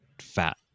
fat